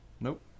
Nope